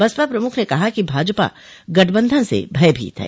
बसपा प्रमुख ने कहा कि भाजपा गठबंधन से भयभीत है